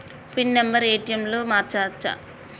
Pin number ATM లో మార్చచ్చా?